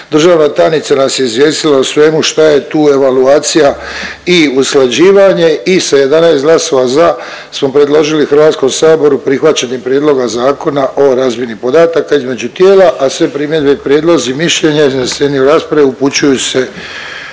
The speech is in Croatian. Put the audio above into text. Državna tajnica nas je izvijestila o svemu šta je tu evaluacija i usklađivanje i sa 11 glasova za smo predložili Hrvatskom saboru prihvaćanje Prijedloga Zakona o razmjeni podataka između tijela, a sve primjedbe i prijedlozi, mišljenja izneseni u raspravi upućuju se